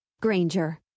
granger